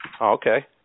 okay